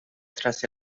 tras